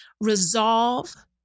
resolve